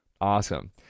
awesome